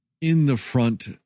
in-the-front